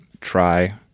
try